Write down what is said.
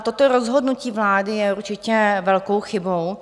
Toto rozhodnutí vlády je určitě velkou chybou.